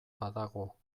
badago